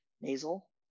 nasal